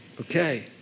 Okay